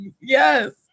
Yes